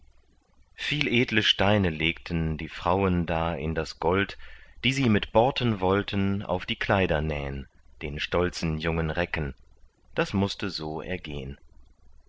viel edle steine legten die frauen da in das gold die sie mit borten wollten auf die kleider nähn den stolzen jungen recken daß mußte so ergehn